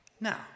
Now